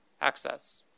access